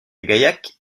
gaillac